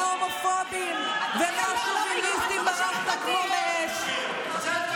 מההומופובים ומהשוביניסטים ברחת כמו מאש.